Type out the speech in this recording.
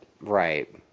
Right